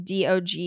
DOG